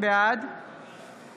בעד